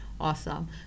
awesome